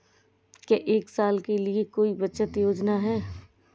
क्या एक साल के लिए कोई बचत योजना है?